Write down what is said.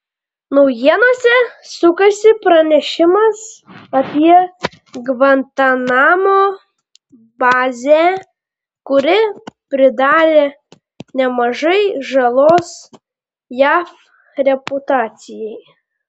naujienose sukasi pranešimas apie gvantanamo bazę kuri pridarė nemažai žalos jav reputacijai